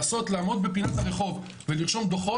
לעמוד בפינת הרחוב ולרשום דוחות,